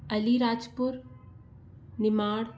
Alirajpur Nimar